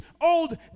old